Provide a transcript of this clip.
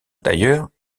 d’ailleurs